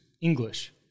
English